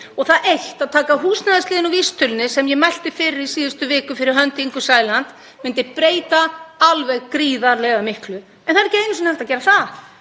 Það eitt að taka húsnæðisliðinn úr vísitölunni, sem ég mælti fyrir í síðustu viku fyrir hönd Ingu Sæland, myndi breyta alveg gríðarlega miklu, en það er ekki einu sinni hægt að gera það.